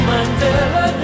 Mandela